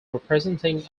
representing